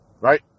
right